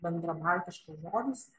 bendrabaltiškas žodis